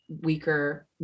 weaker